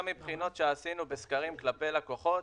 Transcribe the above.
גם מבחינות שעשינו בסקרים כלפי לקוחות,